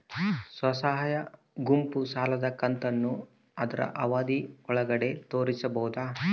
ಸ್ವಸಹಾಯ ಗುಂಪು ಸಾಲದ ಕಂತನ್ನ ಆದ್ರ ಅವಧಿ ಒಳ್ಗಡೆ ತೇರಿಸಬೋದ?